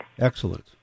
Excellent